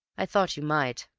i thought you might.